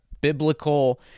biblical